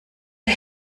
der